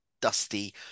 Dusty